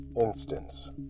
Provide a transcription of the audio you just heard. Instance